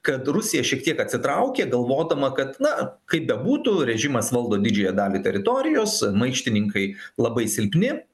kad rusija šiek tiek atsitraukė galvodama kad na kaip bebūtų režimas valdo didžiąją dalį teritorijos maištininkai labai silpni